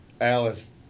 Alice